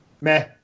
meh